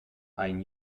ein